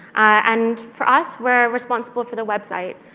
and for us, we're responsible for the website.